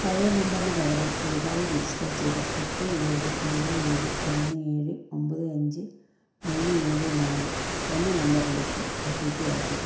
പഴയ നമ്പറിന് പകരം പുതുതായി രജിസ്റ്റർ ചെയ്ത എട്ട് ഏഴ് രണ്ട് ഏഴ് മൂന്ന് ഏഴ് ഒമ്പത് അഞ്ച് മൂന്ന് ഏഴ് നാല് എന്ന നമ്പറിലേക്ക് ഒ ടി പി അയയ്ക്കുക